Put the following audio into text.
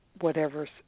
whatever's